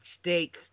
States